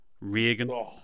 Reagan